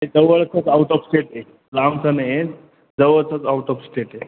ते जवळचच out of state आहे लांबच नाही जवळचच आऊट ऑफ स्टेट आहे